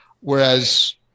whereas